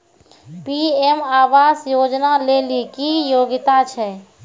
PM आवास योजना लेली की योग्यता छै?